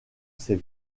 ses